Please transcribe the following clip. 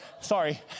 sorry